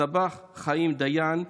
צבאח חיים דיין,